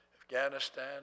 Afghanistan